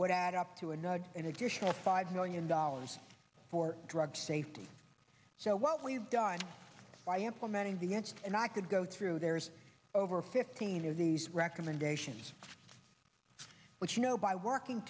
would add up to a nudge an additional five million dollars for drug safety so what we've done by implementing vientiane and i could go through there's over fifteen of these recommendations which you know by working